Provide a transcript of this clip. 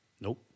Nope